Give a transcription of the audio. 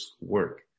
work